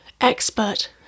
expert